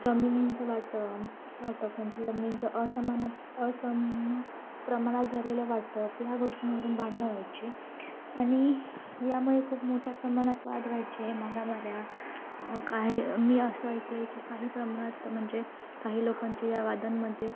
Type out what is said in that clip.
जमिनींचं वाटम वाटप म्हणजे जमिनींचं असमानात असम प्रमाणात झालेल्या वाटप ह्या गोष्टींवरून भांडणं व्हायची आणि यामुळे खूप मोठ्या प्रमाणात वाद व्हायचे मारामाऱ्या काही मी असं ऐकलं आहे की काही प्रमाणात म्हणजे काही लोकांचे या वादांमध्ये